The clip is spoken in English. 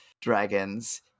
dragons